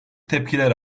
tepkiler